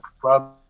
club